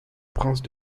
prince